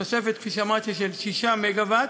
תוספת, כפי שאמרתי, של 6 מגה-ואט.